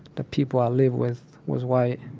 the people i lived with was white.